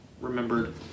remembered